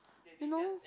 you know